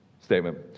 statement